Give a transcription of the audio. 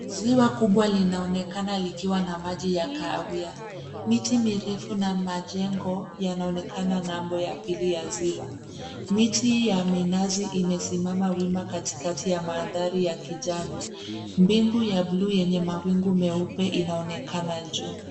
Ziwa kubwa linaonekana likiwa na maji ya kahawia. Miti mirefu na majengo yanaonekana ng'ambo ya pili ya ziwa. Miti ya minazi imesimama wima katikati ya mandhari ya kijani. Mbingu ya bluu yenye mawingu meupe inaonekana juu.